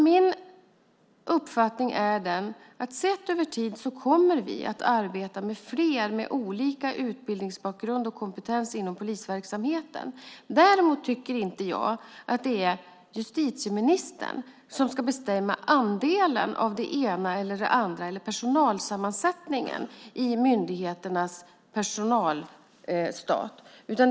Min uppfattning är den att sett över tid kommer vi att arbeta med fler som har olika utbildningsbakgrund och kompetens inom polisverksamheten. Däremot tycker inte jag att det är justitieministern som ska bestämma andelen av det ena eller det andra, eller personalsammansättningen i myndigheternas personalstat.